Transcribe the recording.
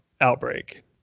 outbreak